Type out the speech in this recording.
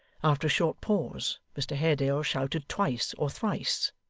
after a short pause, mr haredale shouted twice or thrice.